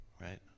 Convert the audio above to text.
right